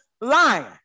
lying